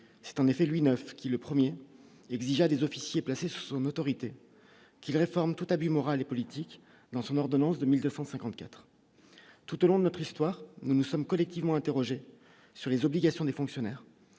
c'est en effet lui 9 qui, le 1er exigea des officiers placés sous son autorité qu'il réforme tout abus moral et politique, dans son ordonnance de 1954 tout au long de notre histoire, nous sommes collectivement, interrogé sur les obligations des fonctionnaires